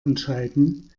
entscheiden